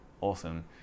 awesome